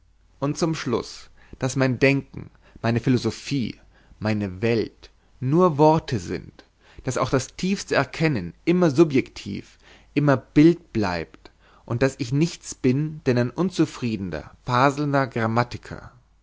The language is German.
und zum schluß daß mein denken meine philosophie meine welt nur worte sind daß auch das tiefste erkennen immer subjektiv immer bild bleibt daß ich nichts bin denn ein unzufriedener faselnder grammatiker